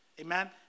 Amen